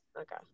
Okay